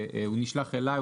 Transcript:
הוא נשלח אלי,